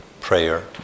Prayer